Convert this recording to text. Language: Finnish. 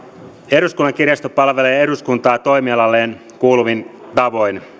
eduskunnan kirjasto palvelee eduskuntaa toimialalleen kuuluvin tavoin